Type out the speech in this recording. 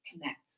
connect